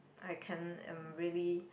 I can't I'm really